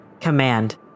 Command